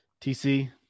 TC